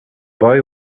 boy